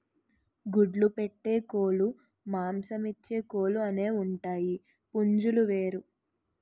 గుడ్లు పెట్టే కోలుమాంసమిచ్చే కోలు అనేవుంటాయి పుంజులు వేరు